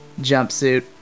jumpsuit